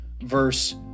verse